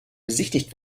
besichtigt